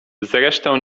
zresztą